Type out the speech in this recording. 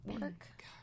work